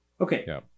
Okay